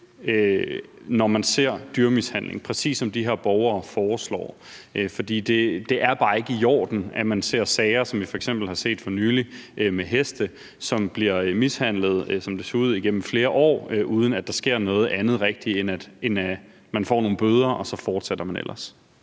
når man ser dyremishandling, præcis som de her borgere foreslår. For det er bare ikke i orden, at man ser sager, som vi f.eks. har set for nylig, med heste, der, som det ser ud, bliver mishandlet igennem flere år, uden at der rigtig sker noget andet, end at de får nogle bøder, og så fortsætter de ellers.